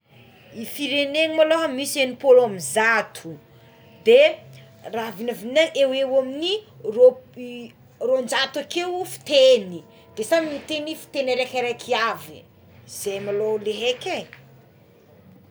Ny firenena aloha maloha misy enimpolo amigny zato de raha vinavinaina eo amin'ny roapo- roanjato akeo fiteny de samy miteny fitegny araikiaika avy ze malôha le heky e.